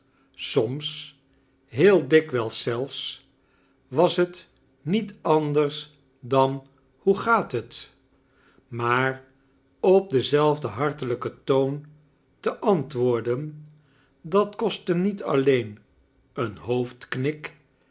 soms heel dikwrjls zelfs was het niet anders dan hoe gaat het maar op denelfden hartelijken toon te antwoordeji dat kostte niet alleea een